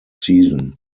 season